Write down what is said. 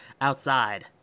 outside